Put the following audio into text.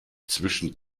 zwischen